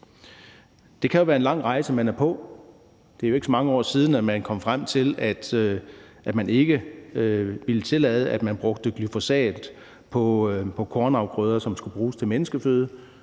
Det kan være en lang rejse, man er på. Det er jo ikke så mange år siden, man kom frem til, at man ikke ville tillade, at der blev brugt glyfosat på kornafgrøder, som skulle bruges til menneskeføde.